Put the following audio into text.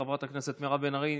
חברת הכנסת מירב בן ארי.